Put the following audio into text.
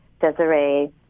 Desiree